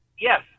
Yes